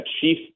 chief